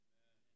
Amen